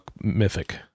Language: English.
Mythic